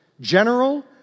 General